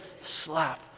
slap